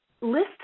list